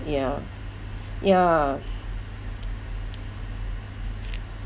ya ya